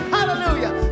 Hallelujah